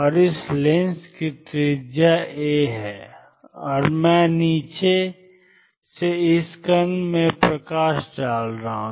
और इस लेंस की त्रिज्या a है और मैं नीचे से इस कण पर प्रकाश डाल रहा हूँ